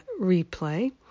replay